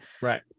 Right